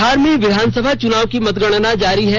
बिहार में विधानसभा चुनाव की मतगणना जारी है